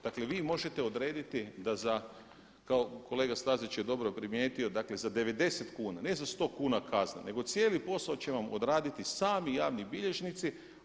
Dakle vi možete odrediti da za kao kolega Stazić je dobro primijetio, dakle za 90 kuna, ne za 100 kuna kazne nego cijeli posao će vam odraditi sami javni bilježnici.